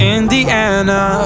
Indiana